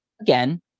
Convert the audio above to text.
again